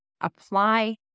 apply